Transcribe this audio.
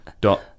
dot